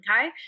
okay